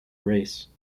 race